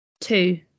Two